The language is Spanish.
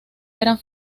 eran